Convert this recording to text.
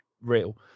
real